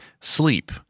sleep